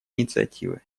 инициативы